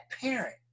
parent